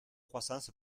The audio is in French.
croissance